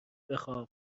بخواب